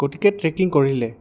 গতিকে ট্ৰেকিং কৰিলে